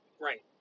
Right